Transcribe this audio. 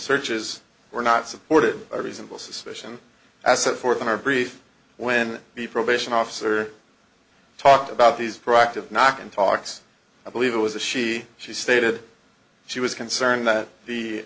searches were not supported by reasonable suspicion as set forth in our brief when the probation officer talked about these practive knock and talks i believe it was a she she stated she was concerned that the